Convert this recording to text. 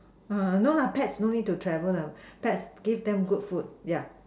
no pets don't need to travel pets give them good food yeah